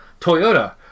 Toyota